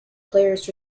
players